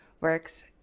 works